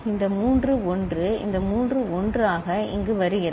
இந்த மூன்று 1 இந்த மூன்று 1 ஆக இங்கு வருகிறது